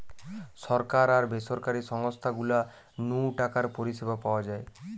সরকার আর বেসরকারি সংস্থা গুলা নু টাকার পরিষেবা পাওয়া যায়